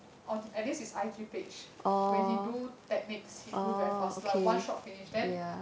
on at least his I_G page when he do techniques he do very fast like one shot finish then